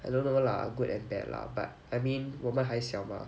I don't know lah good and bad lah but I mean 我们还小 mah